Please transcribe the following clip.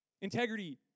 Integrity